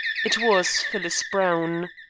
it was phyllis browne.